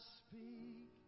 speak